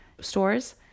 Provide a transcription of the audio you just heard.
stores